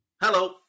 Hello